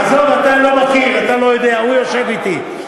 אתה עושה פוליטיקה.